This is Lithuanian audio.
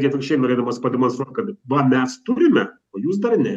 ir atvirkščiai norėdamas pademonstruot kad va mes turime o jūs dar ne